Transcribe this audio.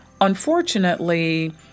unfortunately